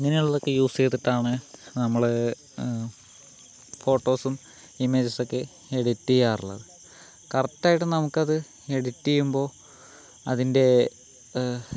ഇങ്ങനല്ലതൊക്കെ use ചെയ്തിട്ടാണ് നമ്മള് ഫോട്ടോസും ഇമേജ്സൊക്കെ എഡിറ്റ് ചെയ്യാറുള്ളത് കറക്ടറായിട്ടും നമുക്കത് എഡിറ്റ് ചെയുമ്പോൾ അതിൻ്റെ